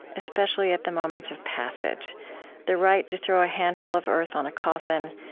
especially at the moments of passage the right to throw a handful of earth on a coffin,